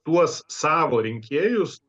tuos savo rinkėjus